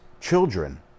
children